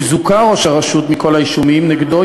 אם זוכה ראש הרשות מכל האישומים נגדו,